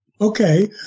Okay